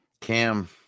Cam